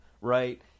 right